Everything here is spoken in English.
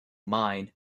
mine